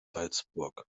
salzburg